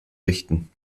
richten